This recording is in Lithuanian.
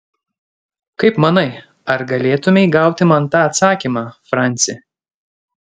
kaip manai ar galėtumei gauti man tą atsakymą franci